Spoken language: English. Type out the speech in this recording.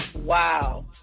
Wow